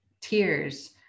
tears